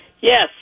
Yes